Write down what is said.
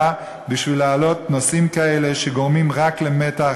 בשביל להעלות נושאים כאלה שגורמים רק למתח,